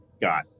got